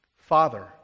Father